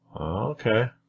Okay